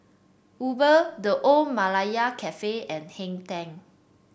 Uber The Old Malaya Cafe and Hang Ten